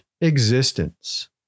existence